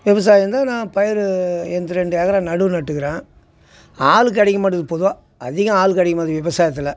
விவசாயம் வந்து நான் பயிரு என்து ரெண்டு ஏக்கரை நடவு நட்டுக்கிறேன் ஆள் கிடைக்க மாட்டுது பொதுவாக அதிகம் ஆள் கிடைக்க மாட்டுது விவசாயத்தில்